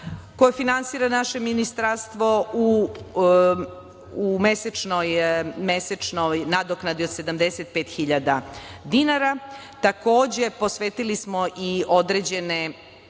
koje finansira naše ministarstvo u mesečnoj nadoknadi od 75.000 dinara. Takođe, posvetili smo i određene